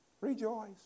Rejoice